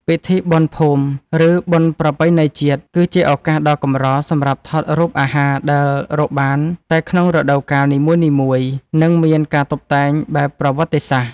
ពិធីបុណ្យភូមិ ឬបុណ្យប្រពៃណីជាតិ គឺជាឱកាសដ៏កម្រសម្រាប់ថតរូបអាហារដែលរកបានតែក្នុងរដូវកាលនីមួយៗ និងមានការតុបតែងបែបប្រវត្តិសាស្ត្រ។